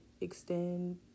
extend